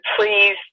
please